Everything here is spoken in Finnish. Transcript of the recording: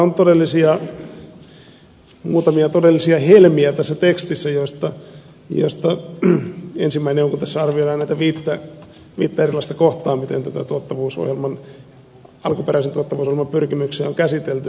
on muutamia todellisia helmiä tässä tekstissä joista ensimmäinen on kun tässä arvioidaan viittä erilaista kohtaa miten alkuperäisen tuottavuusohjelman pyrkimyksiä on käsitelty